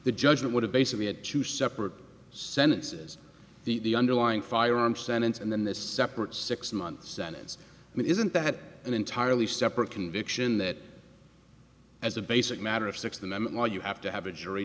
the judge would have basically had two separate sentences the underlying firearms sentence and then this separate six month sentence i mean isn't that an entirely separate conviction that as a basic matter of six of them all you have to have a jury